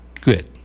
good